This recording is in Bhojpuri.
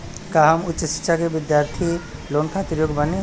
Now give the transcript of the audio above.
का हम उच्च शिक्षा के बिद्यार्थी लोन खातिर योग्य बानी?